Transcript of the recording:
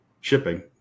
shipping